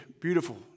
beautiful